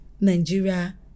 Nigeria